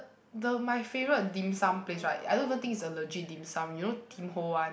the my favourite dim sum place right I don't even think is a legit dim sum you know Tim-Ho-Wan